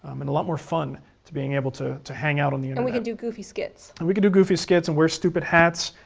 um and a lot more fun to being able to to hang out on the internet. and we do goofy skits. and we can do goofy skits and wear stupid hats,